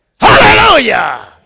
Hallelujah